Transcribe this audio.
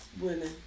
women